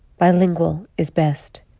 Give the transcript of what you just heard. bilingual is best.